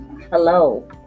hello